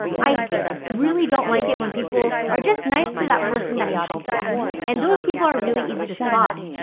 i really don't like it when people are just nice to that person that can help them and those people are really easy to spot.